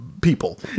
People